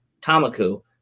Tamaku